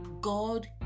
God